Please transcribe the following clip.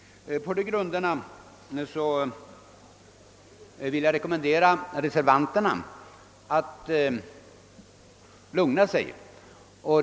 Av dessa skäl vill jag rekommendera reservanterna att lugna sig.